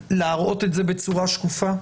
להראות את זה בצורה שקופה?